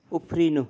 उफ्रिनु